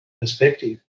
Perspective